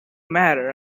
matter